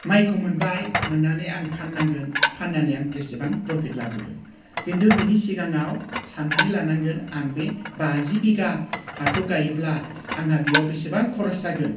माइखौ मोनबाय मोननानै आं फान्नांगोन फान्नानै आं बेसेबां प्रफिट लाबोदों खिन्थु बिनि सिगाङाव सान्नानै लानांगोन आं बे बाजि बिघा हाखौ गायोब्ला आंहा बेयाव बिसिबां खरस जागोन